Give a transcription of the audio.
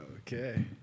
Okay